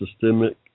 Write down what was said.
systemic